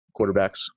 quarterbacks